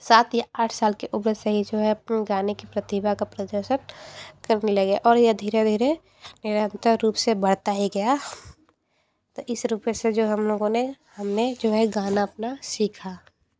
सात या आठ साल के उम्र से ही जो है अपनी गाने की प्रतिभा का प्रदर्शन करने लगे और यह धीरे धीरे निरंतर रूप से बढ़ता ही गया है तो इस रुप से जो हम लोगों ने हमने जो है गाना अपना सीखा